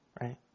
right